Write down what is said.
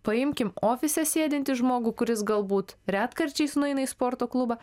paimkim ofise sėdintį žmogų kuris galbūt retkarčiais nueina į sporto klubą